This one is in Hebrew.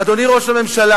אדוני ראש הממשלה,